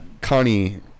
Connie